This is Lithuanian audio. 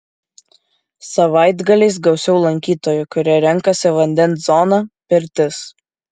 savaitgaliais gausiau lankytojų kurie renkasi vandens zoną pirtis